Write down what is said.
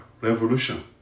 revolution